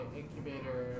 incubator